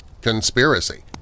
conspiracy